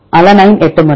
alanine 8 முறை